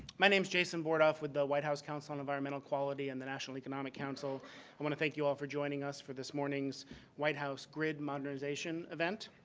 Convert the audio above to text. my name is jason bordoff with the white house council on environmental quality and the national economic council. i want to thank you all for joining us for this morning's white house grid modernization event.